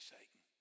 Satan